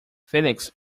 felix